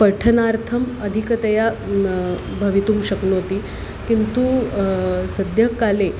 पठनार्थम् अधिकतया भवितुं शक्नोति किन्तु सद्यः काले